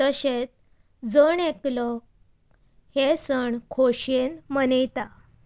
तशेंत जण एकलो हे सण खोशयेन मनयता